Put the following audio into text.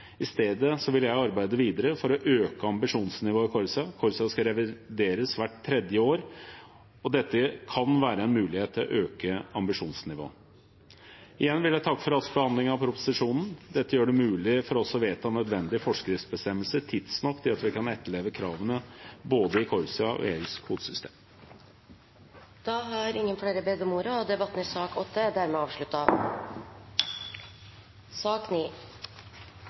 I stedet vil jeg arbeide videre for å øke ambisjonsnivået i CORSIA. CORSIA skal revideres hvert tredje år, og dette kan være en mulighet til å øke ambisjonsnivået. Igjen vil jeg takke for rask behandling av proposisjonen. Dette gjør det mulig for oss å vedta nødvendig forskriftsbestemmelse tidsnok til at vi kan etterleve kravene både i CORSIA og i EUs kvotesystem. Flere har ikke bedt om ordet til sak nr. 8. Etter ønske fra arbeids- og